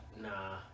Nah